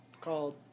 called